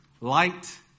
Light